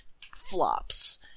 flops